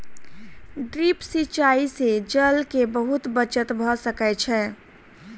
drip सिचाई से जल के बहुत बचत भ सकै छै